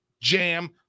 jam